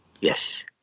yes